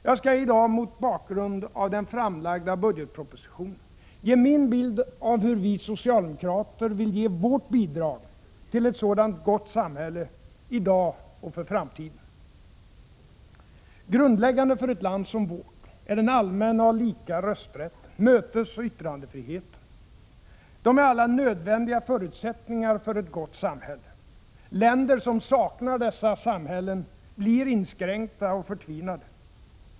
Jag skalli dag mot bakgrund av den framlagda budgetpropositionen ge min bild av hur vi socialdemokrater vill ge vårt bidrag till ett sådant gott samhälle, i dag och för framtiden. Grundläggande för ett land som vårt är den allmänna och lika rösträtten, mötesoch yttrandefriheten. De är alla nödvändiga förutsättningar för ett gott samhälle. Länder som saknar dessa förutsättningar blir inskränkta och förtvinade.